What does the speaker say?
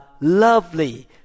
lovely